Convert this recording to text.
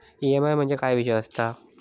EMI म्हणजे काय विषय आसता?